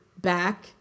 back